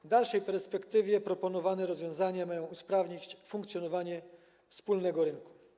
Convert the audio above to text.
W dalszej perspektywie proponowane rozwiązania mają usprawnić funkcjonowanie wspólnego rynku.